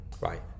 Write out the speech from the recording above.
Right